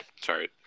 sorry